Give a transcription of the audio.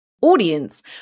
audience